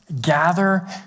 gather